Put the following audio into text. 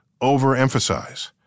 overemphasize